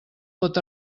pot